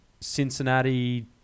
Cincinnati